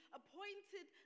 appointed